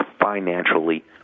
financially